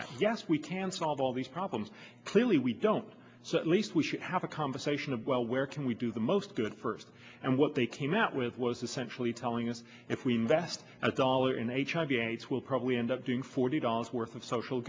at yes we can solve all these problems clearly we don't so at least we should have a conversation of well where can we do the most good first and what they came out with was essentially telling us if we invest a dollar in h i v s we'll probably end up doing forty dollars worth of social